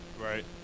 Right